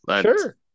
Sure